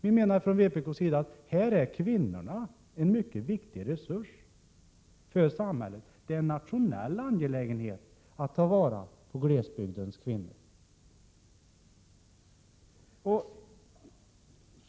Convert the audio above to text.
Vpk menar att kvinnorna här är en mycket viktig resurs för samhället. Det är en nationell angelägenhet att ta vara på glesbygdens kvinnor.